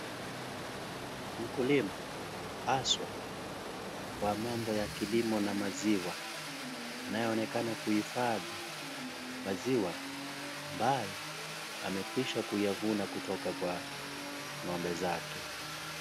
Mkulima, aswa wa mambo ya kilimo na maziwa, anayeonekana kuhifadhi maziwa ambayo amekwisha kuyavuna na kutoka kwa, ng'ombe zake.